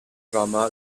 drummer